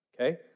okay